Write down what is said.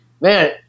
man